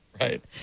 Right